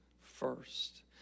first